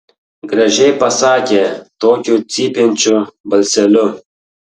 gražiai pasakė tokiu cypiančiu balseliu